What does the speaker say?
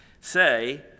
say